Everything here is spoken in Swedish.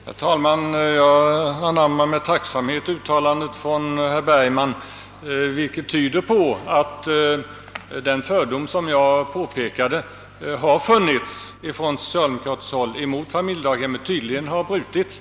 Herr talman! Jag anammar med tacksamhet uttalandet från herr Bergman, vilket tyder på att den fördom, som enligt vad jag påpekade har funnits på socialdemokratiskt håll mot familjedaghem tydligen har brutits.